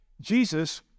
Jesus